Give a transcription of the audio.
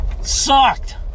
Sucked